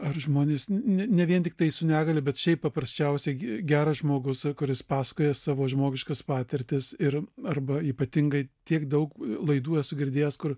ar žmonės ne vien tiktai su negalia bet šiaip paprasčiausiai geras žmogus kuris pasakoja savo žmogiškas patirtis ir arba ypatingai tiek daug laidų esu girdėjęs kur